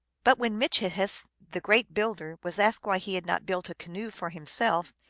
but when mitchihess, the great builder, was asked why he had not built a canoe for himself,